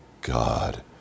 God